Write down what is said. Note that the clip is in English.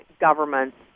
governments